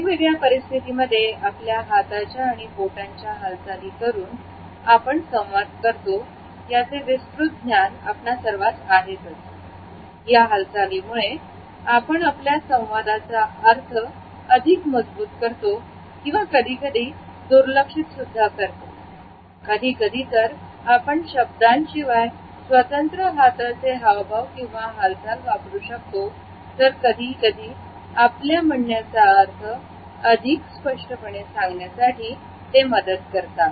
वेगवेगळ्या परिस्थितीमध्ये आपल्या हाताच्या आणि बोटांच्या हालचाली करून आपण संवाद करतो याचे विस्तृत ज्ञान आपणा सर्वास आहेत या हालचालींमुळे आपण आपल्या संवादाचा अर्थ मजबूत करतो किंवा कधीकधी दुर्लक्षित सुद्धा करतो कधीकधी आपण शब्दांशिवाय स्वतंत्र हाताचे हावभाव किंवा हालचाल वापरू शकतो तर कधी करी आपल्या म्हणण्याचा अर्थ अधिक स्पष्टपणे सांगण्यासाठी ते मदत करतात